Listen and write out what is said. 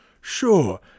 Sure